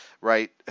right